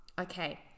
Okay